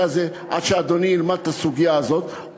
הזה עד שאדוני ילמד את הסוגיה הזאת,